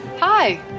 Hi